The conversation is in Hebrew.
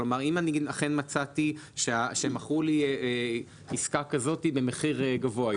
אם מצאתי שמכרו לי עסקה כזאת במחיר גבוה יותר,